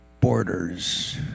borders